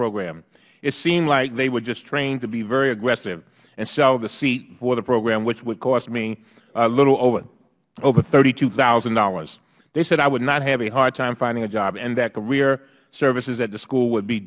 program it seemed like they were just trained to be very aggressive and sell the seat for the program which would cost me a little over thirty two thousand dollars they said i would not have a hard time finding a job and that career services at the school would be